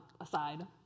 aside